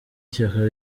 ishyaka